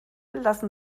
lassen